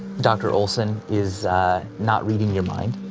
dr. olson is not reading your mind,